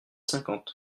cinquante